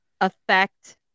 affect